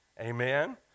Amen